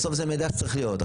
בסוף זה מידע שצריך להיות.